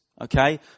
okay